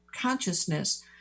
consciousness